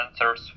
sensors